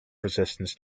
resistance